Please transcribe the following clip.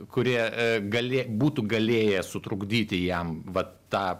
kurie galė būtų galėję sutrukdyti jam vat tą